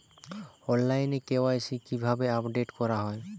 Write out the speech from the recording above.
অনলাইনে কে.ওয়াই.সি কিভাবে আপডেট করা হয়?